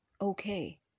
okay